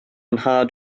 nhad